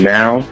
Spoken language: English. now